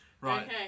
Right